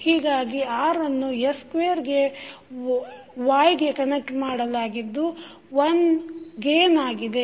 ಹೀಗಾಗಿ r ನ್ನು s square y ಗೆ ಕನೆಕ್ಟ್ ಮಾಡಲಾಗಿದ್ದು 1 ಗೇನ್ ಆಗಿದೆ